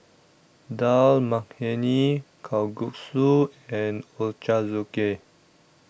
Dal Makhani Kalguksu and Ochazuke